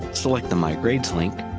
select the my grades link,